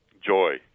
Joy